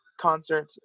concert